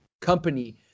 company